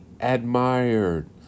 admired